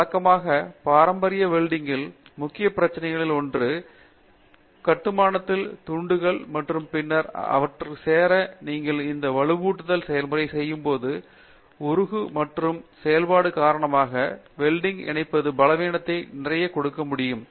வழக்கமான பாரம்பரிய வெல்டிங் கில் முக்கிய பிரச்சினைகளில் ஒன்று கூட்டுப்பணத்தில் துண்டுகள் மற்றும் பின்னர் அவர்கள் சேர நீங்கள் இந்த வலுவூட்டல் செயல்முறை போது ஈடுபட்டு உருகும் மற்றும் செயல்பாடு காரணமாக வெல்டிங் யை இணைந்து பலவீனத்தை நிறைய கொடுக்க முடியும்